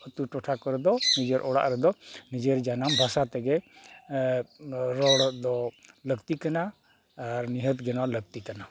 ᱟᱹᱛᱩ ᱴᱚᱴᱷᱟ ᱠᱚᱨᱮ ᱫᱚ ᱱᱤᱡᱮᱨ ᱚᱲᱟᱜ ᱨᱮᱫᱚ ᱱᱤᱡᱮᱨ ᱡᱟᱱᱟᱢ ᱵᱷᱟᱥᱟ ᱛᱮᱜᱮ ᱨᱚᱲ ᱫᱚ ᱞᱟᱹᱠᱛᱤ ᱠᱟᱱᱟ ᱟᱨ ᱱᱤᱦᱟᱹᱛ ᱜᱮ ᱱᱚᱣᱟ ᱞᱟᱹᱠᱛᱤ ᱠᱟᱱᱟ